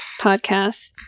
podcast